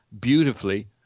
beautifully